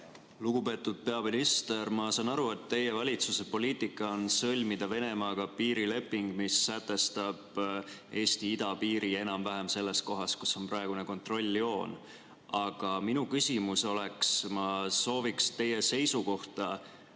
Lugupeetud peaminister! Ma saan aru, et teie valitsuse poliitika on sõlmida Venemaaga piirileping, mis sätestab Eesti idapiiri enam-vähem selles kohas, kus on praegune kontrolljoon. Aga ma sooviksin teie seisukohta